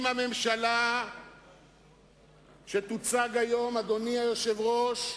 אם הממשלה שתוצג היום, אדוני היושב-ראש,